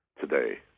today